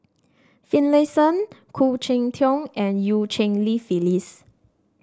Finlayson Khoo Cheng Tiong and Eu Cheng Li Phyllis